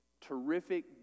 terrific